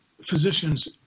physicians